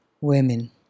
Women